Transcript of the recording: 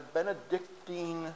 Benedictine